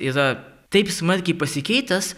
yra taip smarkiai pasikeitęs